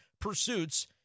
pursuits